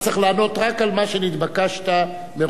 אתה צריך לענות רק על מה שנתבקשת מראש,